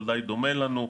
אבל די דומה לנו.